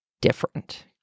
different